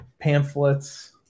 pamphlets